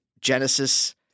Genesis